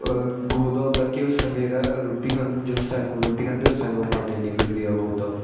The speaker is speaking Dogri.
गौ दा होंदा कि ओह् सवेरै रुट्टी ख जिस टैम उप्पर रुट्टी खंदी उस टैम उप्पर पानी निं पींदी ऐ ओह्